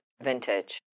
vintage